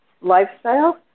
lifestyle